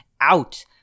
out